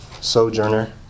sojourner